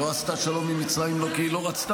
היא לא עשתה שלום עם מצרים לא כי היא לא רצתה,